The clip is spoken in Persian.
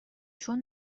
چون